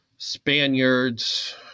Spaniards